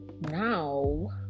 now